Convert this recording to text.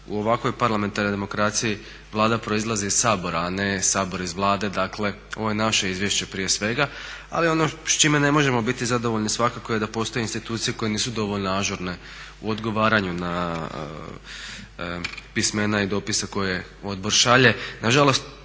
u ovakvoj parlamentarnoj demokraciji Vlada proizlazi iz Sabora, a ne Sabor iz Vlade. Dakle, ovo je naše izvješće prije svega, ali ono s čime ne možemo biti zadovoljni svakako je da postoje institucije koje nisu dovoljno ažurne u odgovaranju na pismena i dopise koje odbor šalje.